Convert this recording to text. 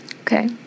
Okay